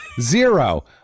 Zero